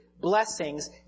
blessings